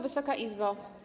Wysoka Izbo!